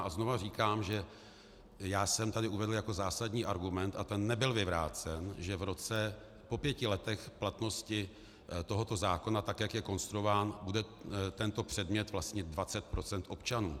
A znovu říkám, že jsem tady uvedl jako zásadní argument, a ten nebyl vyvrácen, že po pěti letech platnosti tohoto zákona, jak je konstruován, bude tento předmět vlastnit 20 % občanů.